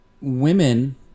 women